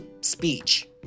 speech